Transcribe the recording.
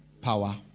power